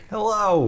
Hello